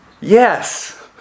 Yes